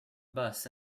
bus